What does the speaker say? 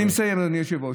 אני מסיים, אדוני היושב-ראש.